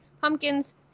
pumpkins